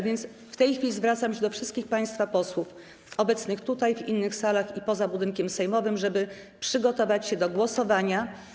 W tej chwili zwracam się do wszystkich państwa posłów obecnych tutaj, w innych salach i poza budynkiem sejmowym, żeby przygotować się do głosowania.